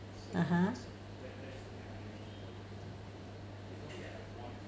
(uh huh)